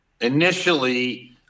Initially